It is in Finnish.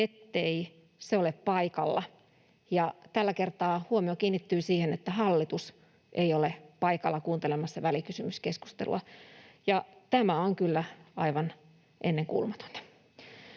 ettei se ole paikalla, ja tällä kertaa huomio kiinnittyy siihen, että hallitus ei ole paikalla kuuntelemassa välikysymyskeskustelua. Tämä on kyllä aivan ennenkuulumatonta.